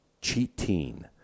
Cheating